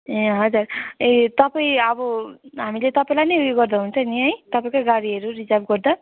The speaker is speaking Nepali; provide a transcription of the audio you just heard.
ए हजुर ए तपाईँ अब हामीले तपाईँलाई नै उयो गर्दा हुन्छ नि है तपाईँकै गाडीहरू रिजर्भ गर्दा